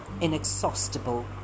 inexhaustible